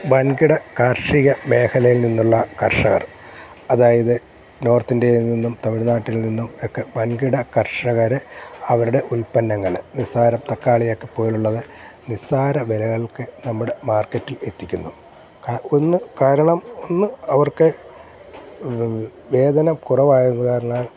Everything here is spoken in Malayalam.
വൻകിട കാർഷിക മേഖലയിൽ നിന്നുള്ള കർഷകർ അതായത് നോർത്ത് ഇന്ത്യയിൽ നിന്നും തമിഴ്നാട്ടിൽ നിന്നും ഒക്കെ വൻകിട കർഷകർ അവരുടെ ഉല്പന്നങ്ങൾ നിസാരം തക്കാളി ഒക്കെ പോലുള്ളത് നിസാര വിലകൾക്ക് നമ്മുടെ മാർക്കെറ്റിൽ എത്തിക്കുന്നു ഒന്ന് കാരണം ഒന്ന് അവർക്ക് വേതനം കുറവായത് കാരണാൽ